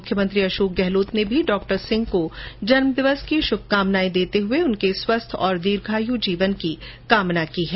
मुख्यमंत्री अशोक गहलोत ने भी डॉ सिंह को जन्मदिन की शुभकामनाएं देते हए उनके स्वस्थ्य और दीर्घायु जीवन की कामना की है